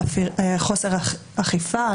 חוסר אכיפה,